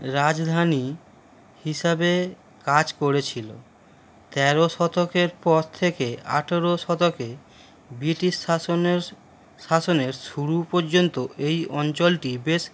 রাজধানী হিসাবে কাজ করেছিল তেরো শতকের পর থেকে আঠেরো শতকে ব্রিটিশ শাসনের শাসনের শুরু পর্যন্ত এই অঞ্চলটি বেশ